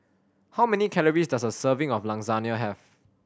how many calories does a serving of Lasagna have